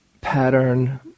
pattern